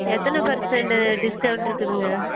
எத்தனை பெர்ஸன்ட்டு டிஸ்கவுண்ட்ருக்குதுங்க